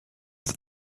that